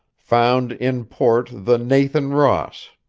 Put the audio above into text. found in port the nathan ross.